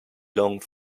long